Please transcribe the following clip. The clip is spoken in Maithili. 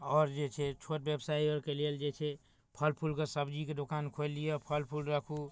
आओर जे छै छोट बेबसाइ आओरके लेल जे छै फल फूलके सब्जीके दोकान खोलि लिअऽ फल फूल राखू